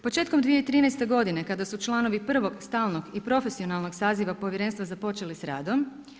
Početkom 2013. godine kada su članovi prvog stalnog i profesionalnog saziva povjerenstva započeli s radom.